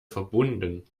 verbunden